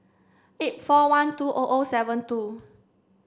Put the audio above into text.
eight four one two O O seven two